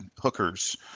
hookers